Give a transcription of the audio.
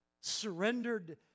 surrendered